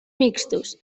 mixtos